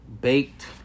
baked